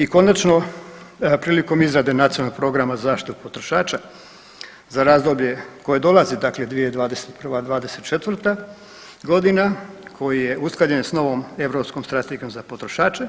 I konačno prilikom izrade Nacionalnog programa zaštite potrošača za razdoblje koje dolazi dakle 2021.-'24. godina koji je usklađen s novom Europskom strategijom za potrošače